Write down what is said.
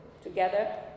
together